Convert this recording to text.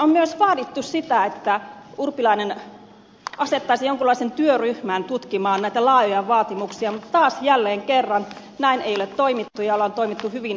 on myös vaadittu sitä että urpilainen asettaisi jonkunlaisen työryhmän tutkimaan näitä laajoja vaatimuksia mutta taas jälleen kerran näin ei ole toimittu ja on toimittu hyvin sanelupolitiikan meiningillä